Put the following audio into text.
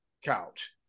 Couch